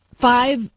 five